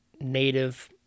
native